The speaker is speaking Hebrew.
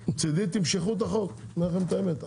מצדי תמשכו את החוק, אני אומר לכם את האמת.